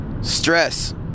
Stress